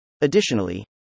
Additionally